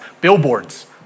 Billboards